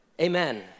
Amen